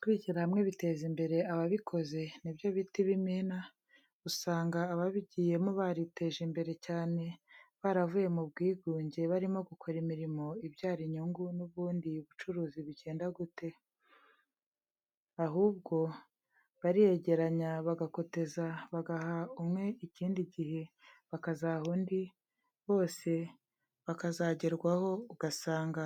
Kwishyira hamwe biteza imbere ababikoze ni byo bita ibimina, usanga ababigiyemo bariteje imbere cyane baravuye mu bwigunge, barimo gukora imirimo ibyara inyungu n'ubundi bucuruzi bigenda gute? Ahubwo bariyegeranya bagakoteza bagaha umwe ikindi gihe bakazaha undi bose bakazagerwaho ugasanga